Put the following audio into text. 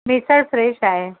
मिसळ फ्रेश आहे